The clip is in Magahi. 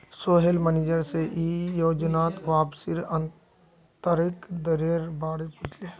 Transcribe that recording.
सोहेल मनिजर से ई योजनात वापसीर आंतरिक दरेर बारे पुछले